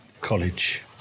college